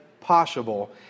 possible